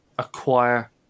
acquire